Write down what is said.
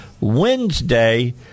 Wednesday